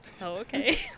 Okay